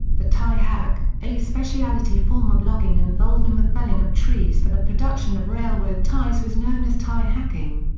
the tie hack a specialty form of logging involving the felling of trees for the production of railroad ties was known as tie hacking.